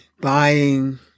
buying